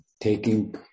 taking